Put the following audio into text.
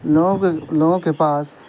لوگ لوگوں کے پاس